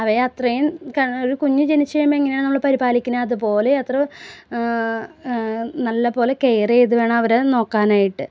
അവയേ അത്രയും ഒര് കുഞ്ഞ് ജനിച്ചു കഴിയുമ്പം എങ്ങനെയാണ് നമ്മൾ പരിപാലിക്കുന്നത് അതുപോലെ അത്രയും നല്ലത് പോലെ കെയർ ചെയ്ത് വേണം അവരേ നോക്കാനായിട്ട്